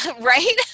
right